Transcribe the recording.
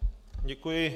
Děkuji.